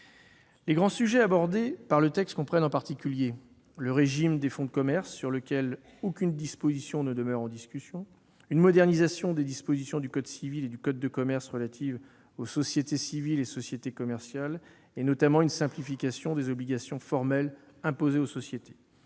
Les grands sujets abordés par le texte comprennent en particulier le régime des fonds de commerce, sur lequel aucune disposition ne demeure en discussion, une modernisation des dispositions du code civil et du code de commerce relatives aux sociétés civiles et sociétés commerciales, notamment une simplification des obligations formelles imposées aux sociétés.